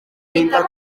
pinta